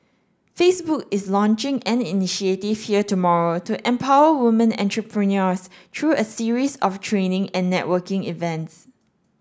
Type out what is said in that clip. Facebook is launching an initiative here tomorrow to empower women entrepreneurs through a series of training and networking events